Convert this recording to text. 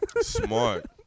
Smart